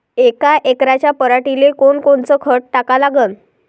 यका एकराच्या पराटीले कोनकोनचं खत टाका लागन?